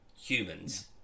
humans